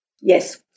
Yes